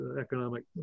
economic